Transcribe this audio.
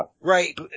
right